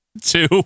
two